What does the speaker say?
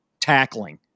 tackling